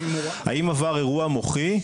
האם עבר אירוע מוחי?